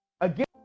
again